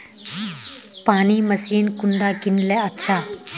पानी मशीन कुंडा किनले अच्छा?